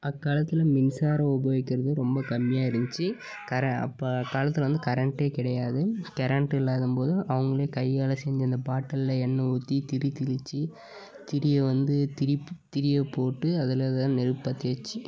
அக்காலத்தில் மின்சாரம் உபயோக்கிறது ரொம்ப கம்மியாக இருந்துச்சு அப்போ காலத்தில் வந்து கரண்டே கிடையாது கரண்ட் இல்லாதபோது அவங்களே கையால் செஞ்சு அந்த பாட்டிலில் எண்ணெய் ஊற்றி திரி திரிச்சி திரியை வந்து திரி திரியை போட்டு அதில் தான் நெருப்பு பற்ற வச்சு